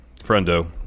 friendo